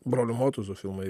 brolių motuzų filmai